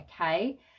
okay